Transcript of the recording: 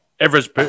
Average